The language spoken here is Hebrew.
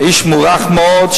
איש מוערך מאוד,